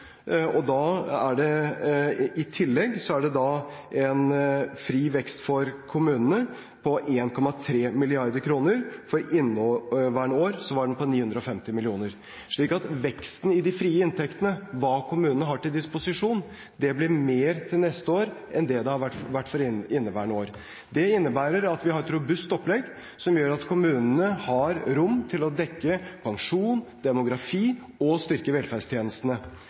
I tillegg er det en fri vekst for kommunene på 1,3 mrd. kr. For inneværende år var den på 950 mill. kr. Så veksten i de frie inntektene, hva kommunene har til disposisjon, blir større til neste år enn det den har vært for inneværende år. Det innebærer at vi har et robust opplegg, som gjør at kommunene har rom til å dekke pensjon, demografi og å styrke velferdstjenestene.